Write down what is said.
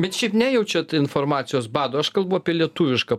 bet šiaip nejaučiaut informacijos bado aš kalbu apie lietuvišką